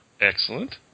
Excellent